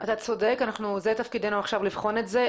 אתה צודק, זה תפקידנו עכשיו לבחון את זה.